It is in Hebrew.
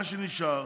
ממש נאום